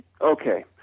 okay